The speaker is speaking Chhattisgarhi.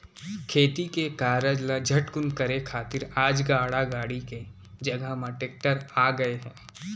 खेती के कारज ल झटकुन करे खातिर आज गाड़ा गाड़ी के जघा म टेक्टर आ गए हे